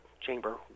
Chamber